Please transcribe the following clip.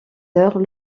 heures